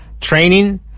training